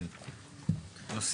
אנחנו